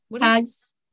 Tags